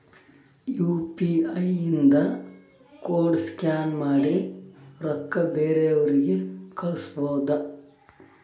you P I ಇಂದ code scan ಮಾಡಿ ರೊಕ್ಕಾ ಬೇರೆಯವ್ರಿಗಿ ಕಳುಸ್ಬೋದ್